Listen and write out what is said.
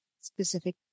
specific